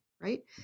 Right